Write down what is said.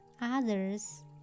others